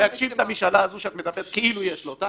ולהגשים את המשאלה הזו שאת מדברת כאילו יש לו אותה.